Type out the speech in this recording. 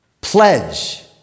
pledge